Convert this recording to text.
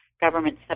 government